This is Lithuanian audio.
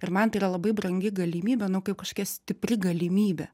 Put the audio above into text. ir man tai yra labai brangi galimybė nu kaip kažkokia stipri galimybė